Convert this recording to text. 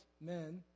men